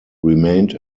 remained